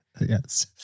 Yes